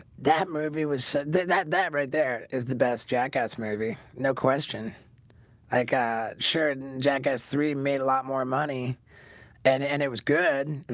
that movie was that that that right there is the best jackass movie no question like a certain jackass three made a lot more money and and it was good.